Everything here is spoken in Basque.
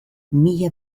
mila